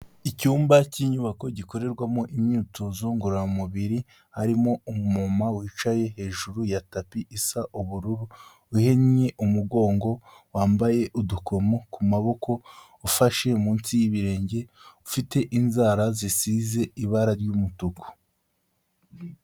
Icyumba cy'inyubako gikorerwamo imyitozo ngororamubiri, harimo umumama wicaye hejuru ya tapi isa ubururu, uhinnye umugongo, wambaye udukomo ku maboko, ufashe munsi y'ibirenge, ufite inzara zisize ibara ry'umutuku.